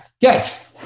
yes